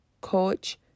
coach